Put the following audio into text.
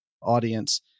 audience